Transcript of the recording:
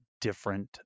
different